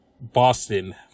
Boston